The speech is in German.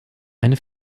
eine